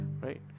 right